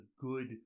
good